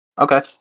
Okay